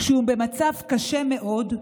כשהוא במצב קשה מאוד,